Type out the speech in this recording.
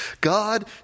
God